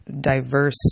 diverse